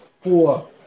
four